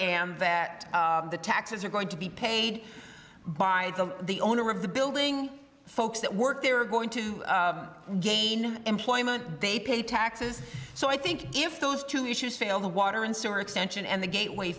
and that the taxes are going to be paid by the the owner of the building the folks that work there are going to gain employment they pay taxes so i think if those two issues fail the water and sewer extension and the gateway